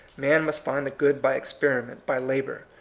man must find the good by experiment, by labor,